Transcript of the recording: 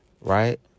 Right